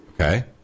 Okay